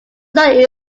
stars